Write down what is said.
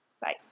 Bye